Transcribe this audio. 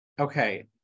okay